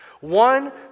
One